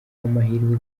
amahirwe